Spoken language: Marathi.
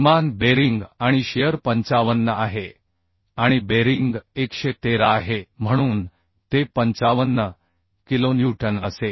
किमान बेरिंग आणि शिअर 55 आहे आणि बेरिंग 113 आहे म्हणून ते 55 किलोन्यूटन असेल